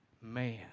man